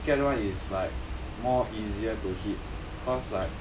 but then weekend one is like more easier to hit